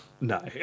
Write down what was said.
No